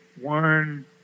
one